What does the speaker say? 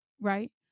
right